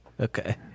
Okay